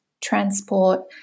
transport